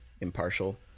impartial